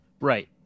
Right